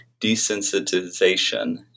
desensitization